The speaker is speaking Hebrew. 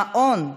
המעון,